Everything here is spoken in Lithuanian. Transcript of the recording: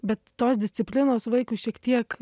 bet tos disciplinos vaikui šiek tiek